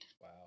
Wow